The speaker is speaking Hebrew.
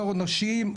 תור נשים,